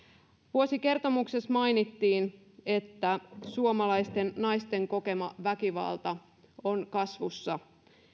vuosikertomuksessa mainittiin että suomalaisten naisten kokema väkivalta on kasvussa